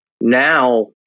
Now